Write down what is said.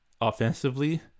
offensively